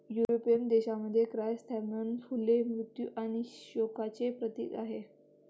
European देशांमध्ये, chrysanthemum फुले मृत्यू आणि शोकांचे प्रतीक आहेत